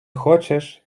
хочеш